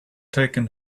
taken